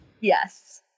Yes